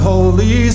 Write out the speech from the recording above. Holy